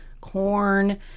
corn